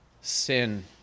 sin